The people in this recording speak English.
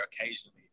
occasionally